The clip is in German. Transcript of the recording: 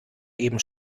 eben